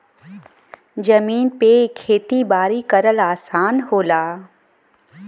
जमीन पे खेती बारी करल आसान होला